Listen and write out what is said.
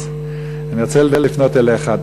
אז אני רוצה לפנות אליך.